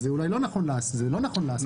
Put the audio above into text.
וזה לא נכון לעשות כך.